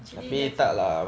actually